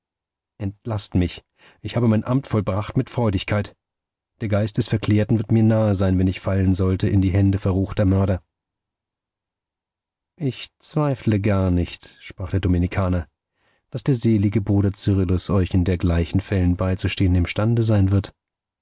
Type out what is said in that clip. entlaßt mich ich habe mein amt vollbracht mit freudigkeit der geist des verklärten wird mir nahe sein wenn ich fallen sollte in die hände verruchter mörder ich zweifle gar nicht sprach der dominikaner daß der selige bruder cyrillus euch in dergleichen fällen beizustehen imstande sein wird